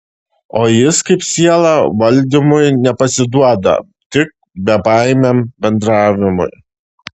o jis kaip siela valdymui nepasiduoda tik bebaimiam bendravimui